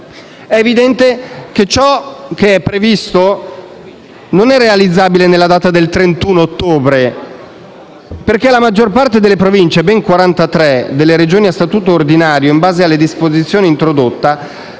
è evidente che quanto previsto non è realizzabile nella data del 31 ottobre, perché la maggior parte delle Province delle Regioni a statuto ordinario - ben 43 - in base alla disposizione introdotta,